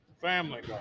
Family